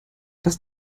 dass